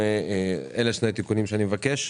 אלה שני התיקונים שאני מבקש.